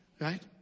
right